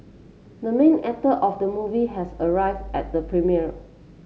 the main actor of the movie has arrived at the premiere